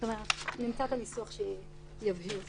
נמצא את הניסוח שיבהיר זאת.